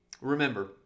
Remember